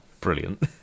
Brilliant